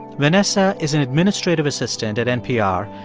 vanessa is an administrative assistant at npr,